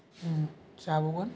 जाबावगोन